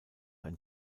ein